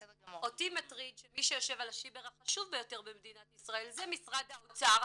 אותי מטריד שמי שיושב על השיבר החשוב ביותר במדינת ישראל זה משרד האוצר,